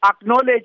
acknowledge